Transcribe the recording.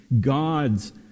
God's